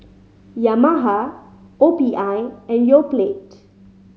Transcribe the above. Yamaha O P I and Yoplait